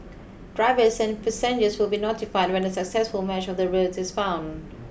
drivers and passengers will be notified when a successful match of the route is found